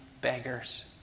beggars